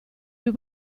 più